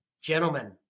gentlemen